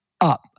up